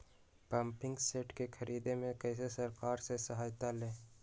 Pumping set के ख़रीदे मे कैसे सरकार से सहायता ले?